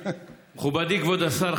מכובדי כבוד השר,